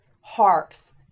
harps